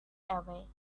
away